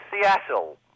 Seattle